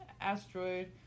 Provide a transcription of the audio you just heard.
asteroid